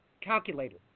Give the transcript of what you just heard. calculator